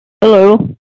Hello